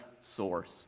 source